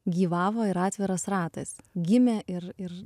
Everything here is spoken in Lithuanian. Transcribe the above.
gyvavo ir atviras ratas gimė ir ir